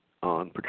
on